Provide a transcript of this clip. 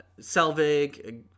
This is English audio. Selvig